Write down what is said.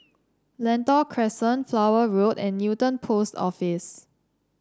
Lentor Crescent Flower Road and Newton Post Office